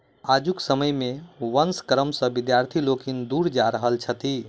आजुक समय मे वंश कर्म सॅ विद्यार्थी लोकनि दूर जा रहल छथि